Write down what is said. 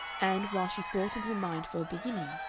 and, while she sought in her mind for a beginning,